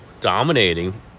dominating